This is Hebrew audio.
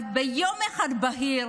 אבל ביום אחד בהיר,